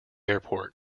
airport